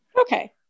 Okay